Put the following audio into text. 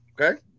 Okay